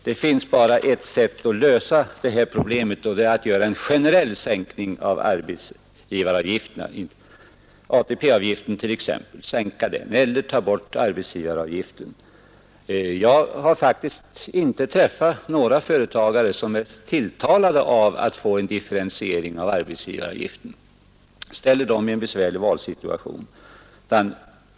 Det finns bara ett sätt att lösa det här problemet, och det är att göra en generell sänkning av arbetsgivaravgiften och t.ex. ATP-avgiften, eller att ta bort arbetsgivaravgiften. Jag har faktiskt inte träffat några företagare som är tilltalade av att få en differentiering av arbetsgivaravgiften som ställer dem i en besvärlig valsituation.